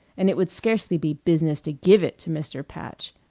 and it would scarcely be business to give it to mr. patch.